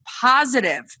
positive